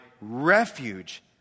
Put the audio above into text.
refuge